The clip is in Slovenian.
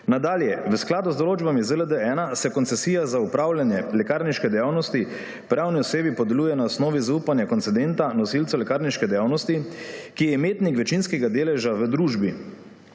Nadalje, v skladu z določbami ZLD-1 se koncesija za opravljanje lekarniške dejavnosti pravni osebi podeljuje na osnovi zaupanja koncedenta, nosilca lekarniške dejavnosti, ki je imetnik večinskega deleža v družbi.